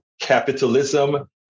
capitalism